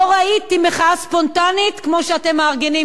לא ראיתי מחאה ספונטנית כמו שאתם מארגנים,